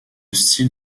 style